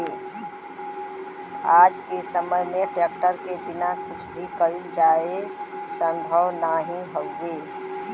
आज के समय में ट्रेक्टर के बिना कुछ भी कईल जाये संभव नाही हउवे